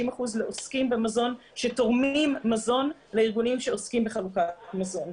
אחוזים לעוסקים במזון שתורמים מזון לארגונים שעוסקים בחלוקת המזון.